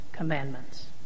Commandments